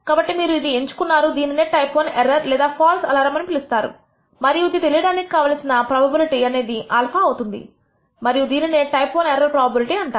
కాబట్టి మీరు ఇది ఎంచుకున్నారు దీనినే టైప్ I ఎర్రర్ లేదా ఫాల్స్ అలారం అని పిలుస్తారు మరియు అది తెలియడానికి కావలసిన ప్రోబబిలిటీ అనేది α అవుతుంది మరియు దీనినే టైప్ I ఎర్రర్ ప్రోబబిలిటీ అంటారు